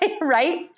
right